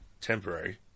temporary